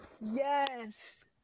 Yes